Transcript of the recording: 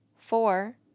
Four